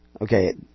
Okay